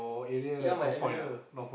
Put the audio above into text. ya my area